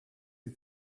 you